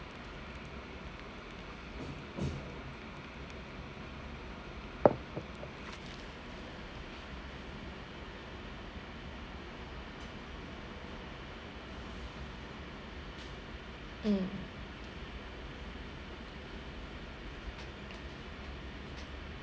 mm